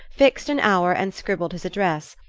fixed an hour and scribbled his address,